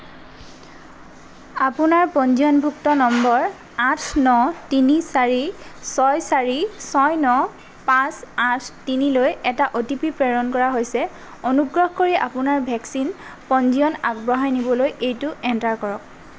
আপোনাৰ পঞ্জীয়নভুক্ত নম্বৰ আঠ ন তিনি চাৰি ছয় চাৰি ছয় ন পাঁচ আঠ তিনিলৈ এটা অ' টি পি প্ৰেৰণ কৰা হৈছে অনুগ্ৰহ কৰি আপোনাৰ ভেকচিন পঞ্জীয়ন আগবঢ়াই নিবলৈ এইটো এণ্টাৰ কৰক